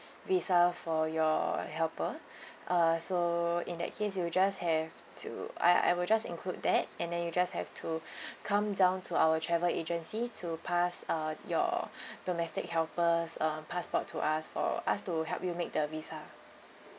visa for your helper uh so in that case you will just have to I I will just include that and then you just have to come down to our travel agency to pass uh your domestic helper's uh passport to us for us to help you make the visa